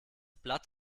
blatt